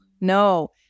no